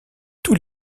tous